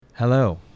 Hello